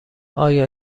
آیا